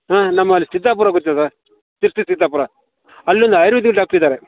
ಹಾಂ ನಮ್ಮಲ್ಲಿ ಸಿದ್ದಾಪುರ ಗೊತ್ತಾ ಸರ್ ಶಿರಸಿ ಸಿದ್ದಾಪುರ ಅಲ್ಲೊಂದು ಆಯುರ್ವೇದಿಕ್ ಡಾಕ್ಟ್ರ್ ಇದ್ದಾರೆ